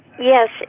Yes